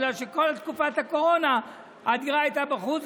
בגלל שכל תקופת הקורונה הדירה הייתה בחוץ.